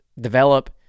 develop